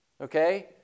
okay